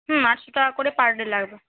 হুম আটশো টাকা করে পার ডে লাগবে